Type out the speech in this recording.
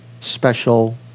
special